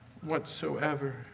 whatsoever